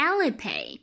Alipay